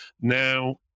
Now